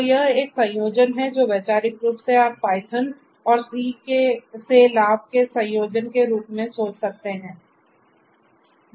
तो यह एक संयोजन है जो वैचारिक रूप से आप पाइथन और C से लाभ के संयोजन के रूप में सोच सकते है